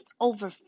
over